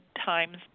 times